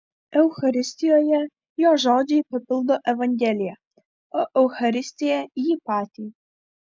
eucharistijoje jo žodžiai papildo evangeliją o eucharistija jį patį